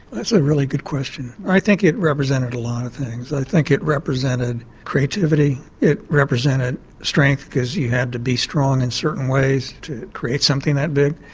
that's a really good question. i think it represented a lot of things. i think it represented creativity, it represented strength because you had to be strong in certain ways to create something that big,